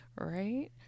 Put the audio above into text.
Right